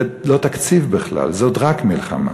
זה לא תקציב בכלל, זאת רק מלחמה.